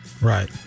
Right